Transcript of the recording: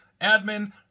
admin